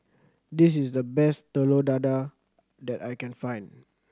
this is the best Telur Dadah that I can find